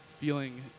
feeling